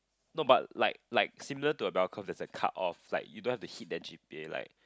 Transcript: no but like like similar to a bell curve there's a cutoff like you don't have to hit the G_P_A like